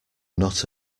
not